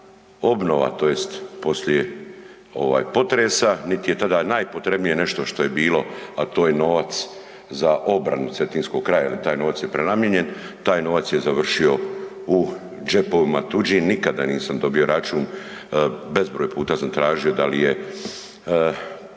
obnova tj. poslije potresa nit je tada najpotrebnije nešto što je bilo, a to je novac za obranu cetinskog kraja, jer taj novac je prenamijenjen taj novac je završio u džepovima tuđim. Nikada nisam dobio račun, bezbroj puta sam tražio da li je